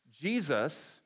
Jesus